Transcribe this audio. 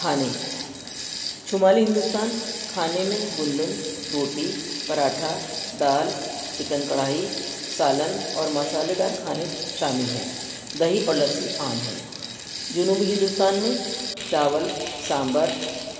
کھانے شمالی ہندوستان کھانے میں گندم روٹی پراٹھا دال چکن کڑھائی سالن اور مصالحے دار کھانے شامل ہیں دہی اور لسی عام ہیں جنوبی ہندوستان میں چاول سانبر